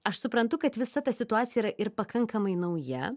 aš suprantu kad visa ta situacija ir pakankamai nauja